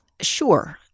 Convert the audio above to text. Sure